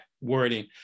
wording